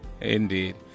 indeed